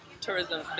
tourism